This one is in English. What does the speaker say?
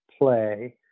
play